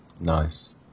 Nice